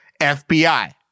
FBI